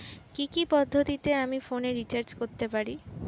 কি কি পদ্ধতিতে আমি ফোনে রিচার্জ করতে পারি?